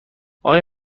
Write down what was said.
آیا